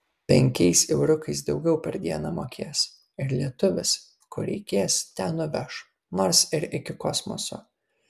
penkiais euriukais daugiau per dieną mokės ir lietuvis kur reikės ten nuveš nors ir iki kosmoso